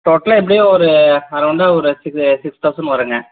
டோட்டலாக எப்படியும் ஒரு அரௌண்டாக ஒரு சிக்ஸ் சிக்ஸ் தௌசண்ட் வரும்ங்க